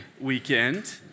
weekend